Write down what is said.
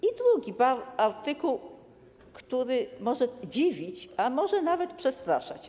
I drugi artykuł, który może dziwić, a może nawet przestraszać.